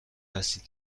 هستید